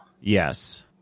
Yes